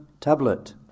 tablet